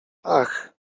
ach